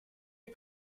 est